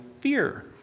fear